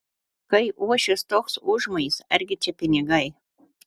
kai uošvės toks užmojis argi čia pinigai